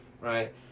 right